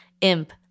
Imp